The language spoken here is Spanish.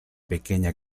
pequeña